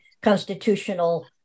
constitutional